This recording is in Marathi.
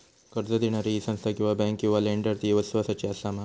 कर्ज दिणारी ही संस्था किवा बँक किवा लेंडर ती इस्वासाची आसा मा?